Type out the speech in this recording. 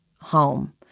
home